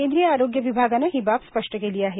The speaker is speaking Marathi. केंद्रीय आरोग्य विभागानं ही बाब स्पष्ट केली आहे